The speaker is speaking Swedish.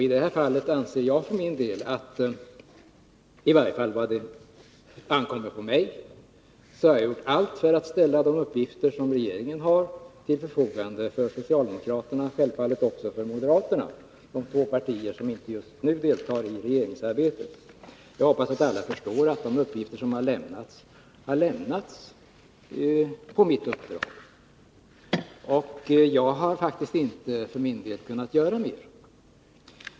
I det här fallet anser jag att jag gjort allt vad på mig ankommer för att ställa de uppgifter som regeringen har till förfogande för socialdemokraterna och självfallet också för moderaterna — de två partier som inte just nu deltar i regeringsarbetet. Jag hoppas att alla förstår att de uppgifter som lämnats har lämnats på mitt uppdrag. Jag har faktiskt inte för min del kunnat göra mer.